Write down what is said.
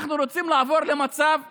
אנחנו רוצים לעבור למצב טבעי,